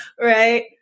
right